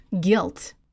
guilt